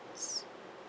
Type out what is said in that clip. s~